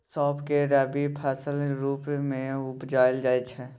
सौंफ केँ रबी फसलक रुप मे उपजाएल जाइ छै